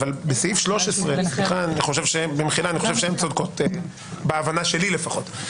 במחילה אני חושב שהן צודקות בהבנה שלי לפחות.